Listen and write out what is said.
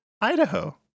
Idaho